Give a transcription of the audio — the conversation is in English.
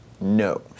No